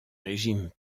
régime